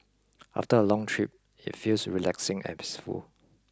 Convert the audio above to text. after a long trip it feels relaxing and peaceful